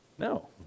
no